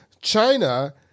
China